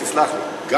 אז תסלח לי,